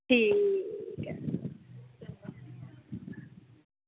ठीक